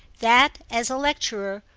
that, as a lecturer,